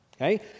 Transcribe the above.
okay